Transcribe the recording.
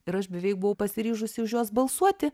ir aš beveik buvau pasiryžusi už juos balsuoti